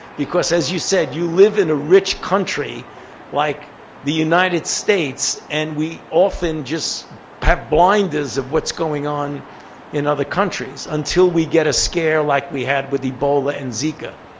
because as you said, you live in a rich country like the united states, and we often just have blinders of what's going on in other countries until we get a scare like we had with ebola and zika.